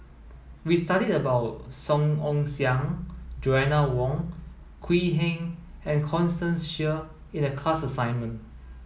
we studied about Song Ong Siang Joanna Wong Quee Heng and Constance Sheare in the class assignment